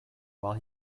while